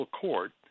court